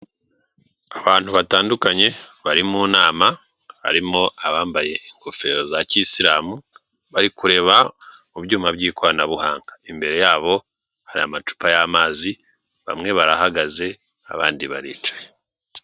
Abantu batandukanye bari mu nama, harimo abambaye ingofero za kiyisilamu, bari kureba mu byuma by'ikoranabuhanga. Imbere yabo hari amacupa y'amazi, bamwe barahagaze abandidi baricaye.